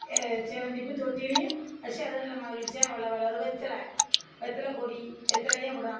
எ செவந்திப் பூ தொட்டிலையும் வச்சு அது நல்லா மகிழ்ச்சியாக வள வளர்றத்தில் வெத்தலை கொடி வெத்தலையும் அப்படிதான்